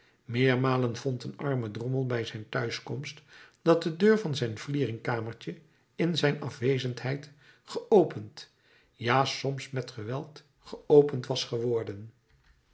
meermalen vond een arme drommel bij zijn thuiskomst dat de deur van zijn vlieringkamertje in zijn afwezendheid geopend ja soms met geweld geopend was geworden